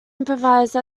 improvise